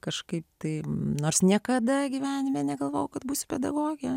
kažkaip tai nors niekada gyvenime negalvojau kad būsiu pedagogė